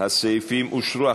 הסעיפים אושרו.